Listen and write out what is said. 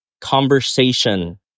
conversation